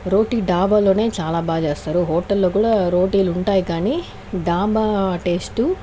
రోటి ధాబాలోనే చాలా బాగా చేస్తారు హోటల్లో కూడా రోటీలు ఉంటాయి కానీ ధాబా టేస్ట్